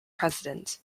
president